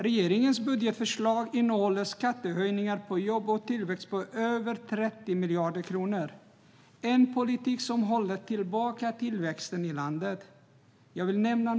Regeringens budgetförslag innehåller skattehöjningar på jobb och tillväxt på över 30 miljarder kronor. Det är en politik som håller tillbaka tillväxten i landet.